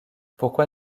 pourquoi